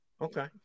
Okay